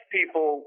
people